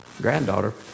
granddaughter